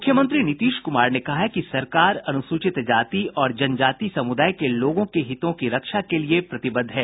मुख्यमंत्री नीतीश कुमार ने कहा है कि सरकार अनुसूचित जाति और जनजाति समुदाय के लोगों के हितों की रक्षा के लिये प्रतिबद्ध है